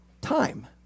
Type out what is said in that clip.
time